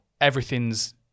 everything's